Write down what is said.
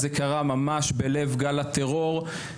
זה קרה ממש בלב גל הטרור.